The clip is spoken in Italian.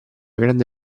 grande